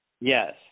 Yes